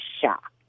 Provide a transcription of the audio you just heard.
shocked